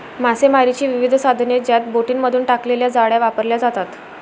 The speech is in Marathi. मासेमारीची विविध साधने ज्यात बोटींमधून टाकलेल्या जाळ्या वापरल्या जातात